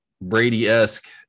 Brady-esque